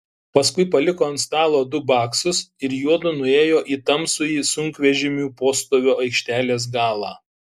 paskui paliko ant stalo du baksus ir juodu nuėjo į tamsųjį sunkvežimių postovio aikštelės galą